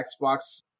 Xbox